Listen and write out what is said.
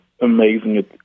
amazing